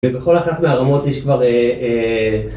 ובכל אחת מהרמות יש כבר...